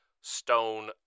Stone